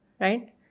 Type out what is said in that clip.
right